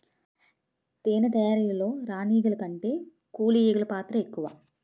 తేనె తయారీలో రాణి ఈగల కంటే కూలి ఈగలు పాత్ర ఎక్కువ